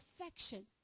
affection